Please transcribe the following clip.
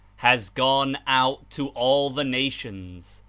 has gone out to all the nations,